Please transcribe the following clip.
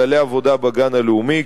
כללי עבודה בגן הלאומי,